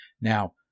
Now